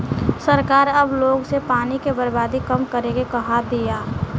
सरकार अब लोग से पानी के बर्बादी कम करे के कहा तिया